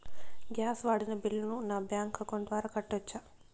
Gas వాడిన బిల్లును నా బ్యాంకు అకౌంట్ ద్వారా కట్టొచ్చా?